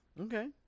Okay